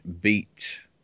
beat